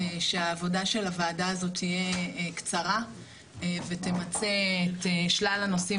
שהעבודה של הוועדה הזאת תהיה קצרה ותמצה את שלל הנושאים